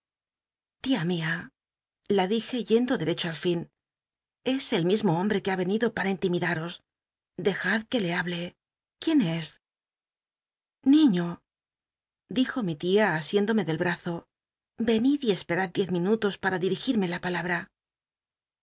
mia la dije yendo deecho al fin es el mismo hombre que ha venido para inlimidaos dejad que le hable quién es niño dijo mi tia asiéndome del bazo ron id y espcjad diez minutos para dirigirme la palalwa